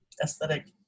aesthetic